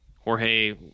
Jorge